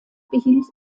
behielt